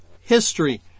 history